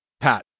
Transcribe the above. Pat